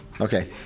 Okay